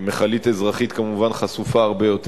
מכלית אזרחית, כמובן, חשופה הרבה יותר.